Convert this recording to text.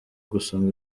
gusoma